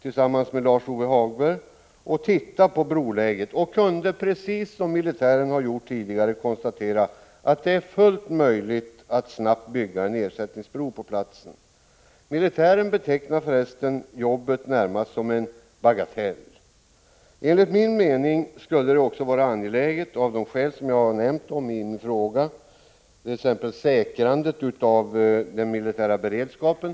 I går var för resten Lars-Ove Hagberg och jag på besök vid Ore älv och tittade på broläget. Precis som militären har gjort tidigare kunde jag konstatera att det är fullt möjligt att snabbt bygga en ersättningsbro på platsen. Militären betecknar jobbet närmast som en bagatell. Enligt min uppfattning skulle detta brobygge vara angeläget också av de skäl som jag har nämnt i min fråga. Vi har säkrandet av den militära beredskapen.